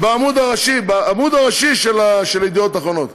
בעמוד הראשי של ידיעות אחרונות.